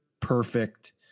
perfect